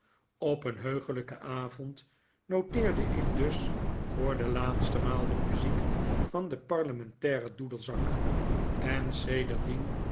op een heuglijken avond noteerde ik dus voor de laatste maal de muziek van den parlementairen doedelzak en